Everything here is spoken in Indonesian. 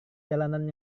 jalanan